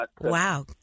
Wow